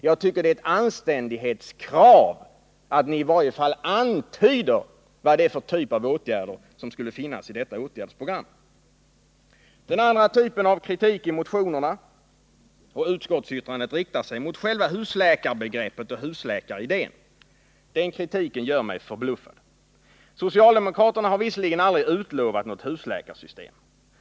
Jag tycker att det är ett anständighetskrav att ni i varje fall antyder vad det är för typ av åtgärder som skulle finnas i detta konkreta åtgärdsprogram. Den andra typen av kritik i motionerna och utskottsbetänkandet riktar sig mot själva husläkarbegreppet och husläkaridén. Den kritiken gör mig förbluffad. Socialdemokraterna har visserligen aldrig utlovat något husläkarsystem.